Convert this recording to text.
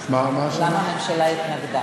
אתה יכול להסביר למה הממשלה התנגדה?